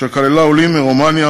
שכללה עולים מרומניה,